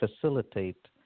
facilitate